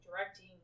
directing